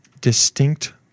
distinct